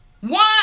One